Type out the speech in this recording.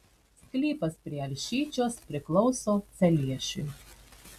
sklypas prie alšyčios priklauso celiešiui